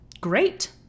Great